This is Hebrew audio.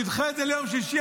תדחה את זה ליום שישי,